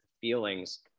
feelings